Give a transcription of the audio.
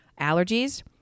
allergies